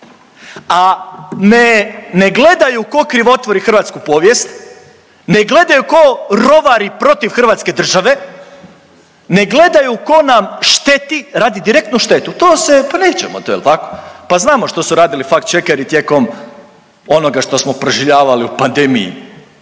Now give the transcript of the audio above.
A ne gledaju tko krivotvori hrvatsku povijest, ne gledaju tko rovari protiv Hrvatske države, ne gledaju tko nam šteti, radi direktnu štetu. To se, pa nećemo to jel' tako? Pa znamo što su radili fackt checkeri tijekom onoga što smo proživljavali u pandemiji